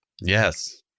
Yes